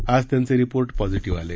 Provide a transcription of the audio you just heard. आज त्यांचे report positive आले